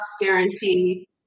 guarantee